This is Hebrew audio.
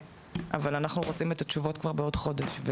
אבל אנחנו רוצים את התשובות כבר בעוד חודש,